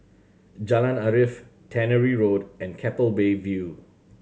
Jalan Arif Tannery Road and Keppel Bay View